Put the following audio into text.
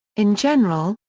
in general,